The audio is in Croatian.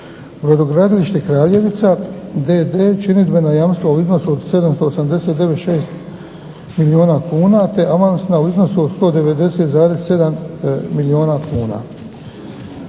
Brodogradiište Kraljevica d.d. činidbena jamstva u iznosu od 789,6 milijuna kuna te avansna u iznosu od 190,7 milijuna kuna.